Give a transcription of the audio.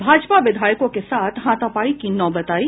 भाजपा विधायकों के साथ हाथापाई की नौबत आई